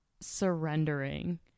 surrendering